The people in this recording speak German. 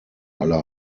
aller